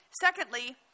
Secondly